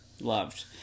Loved